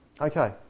Okay